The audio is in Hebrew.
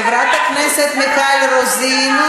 חברת הכנסת מיכל רוזין,